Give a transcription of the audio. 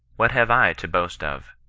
what have i to boast of?